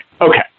Okay